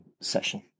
session